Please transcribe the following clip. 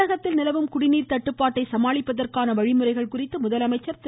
தமிழகத்தில் நிலவும் குடிநீர் தட்டுப்பாட்டை சமாளிப்பதற்கான வழிமுறைகள் குறித்து முதலமைச்சர் திரு